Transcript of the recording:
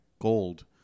gold